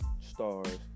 stars